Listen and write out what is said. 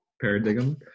paradigm